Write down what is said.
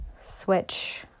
switch